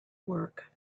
work